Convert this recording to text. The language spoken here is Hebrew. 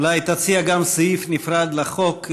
אולי תציע גם סעיף נפרד לחוק,